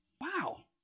Wow